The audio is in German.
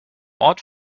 ort